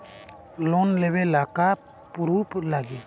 Loan लेबे ला का का पुरुफ लागि?